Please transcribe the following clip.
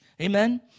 amen